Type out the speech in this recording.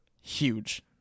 huge